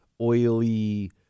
oily